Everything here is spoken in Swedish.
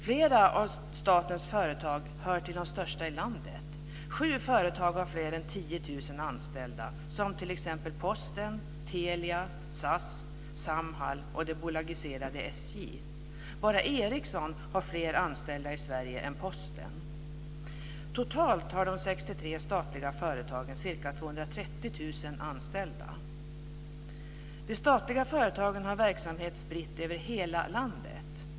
Flera av statens företag hör till de största i landet. Sju företag har fler än 10 000 anställda, t.ex. Posten, Ericsson har fler anställda i Sverige än Posten. Totalt har de 63 statliga företagen ca 230 000 anställda. De statliga företagen har verksamhet spridd över hela landet.